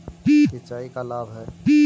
सिंचाई का लाभ है?